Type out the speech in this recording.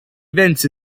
events